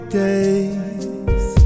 days